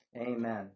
Amen